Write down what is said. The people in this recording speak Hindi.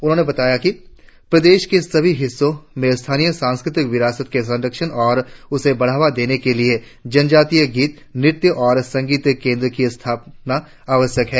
उन्होंने कहा बताया कि प्रदेश के सभी हिस्सों में स्थानीय सांस्कृतिक विरासत के संरक्षण और उसे बढ़ावा देने के लिए जनजातीय गीत नृत्य और संगीत केंद्र की स्थापना आवश्यक है